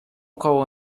koło